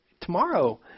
tomorrow